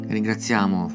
Ringraziamo